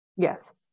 Yes